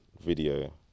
Video